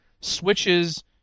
switches